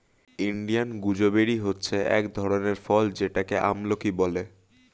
Indian gooseberry হচ্ছে এক ধরনের ফল যেটাকে আমলকি বলে